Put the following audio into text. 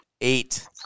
Eight